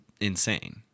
insane